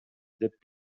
деп